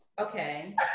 Okay